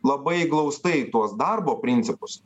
labai glaustai tuos darbo principus